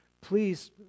please